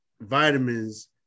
vitamins